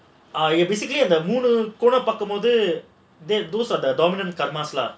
ah basically ah the mood கோணல் பார்க்கும்போது:konal paarkkumpothu